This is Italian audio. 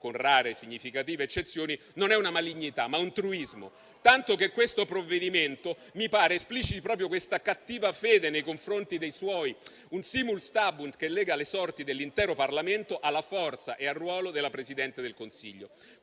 con rare e significative eccezioni, è non una malignità, ma un truismo, tanto che questo provvedimento mi pare espliciti proprio la cattiva fede nei confronti dei suoi. È un *simul stabunt*, che lega le sorti dell'intero Parlamento alla forza e al ruolo del Presidente del Consiglio.